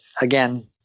again